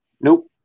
Nope